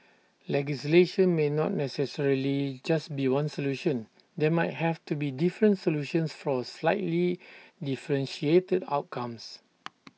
legislation may not necessarily just be one solution there might have to be different solutions for slightly differentiated outcomes